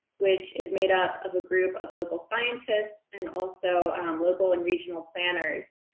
which is made up of a group of local scientists, and also local and regional planners,